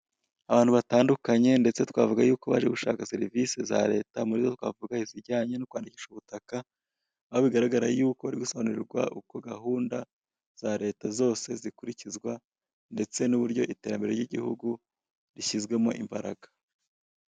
Abantu batandukanye ndetse twavuga yuko baje gushaka serivisi za leta muri twavuga izijyanye no kwandikisha ubutaka, aho bigaragara yuko bari gusobanurirwa uko gahunda za leta zose zikurikizwa ndetse n'uburyo iterambere ry'igihugu rishyizwemo imbaraga.